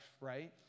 right